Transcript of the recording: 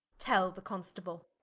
tell the constable